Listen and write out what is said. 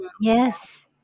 yes